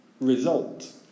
result